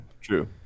true